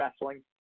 wrestling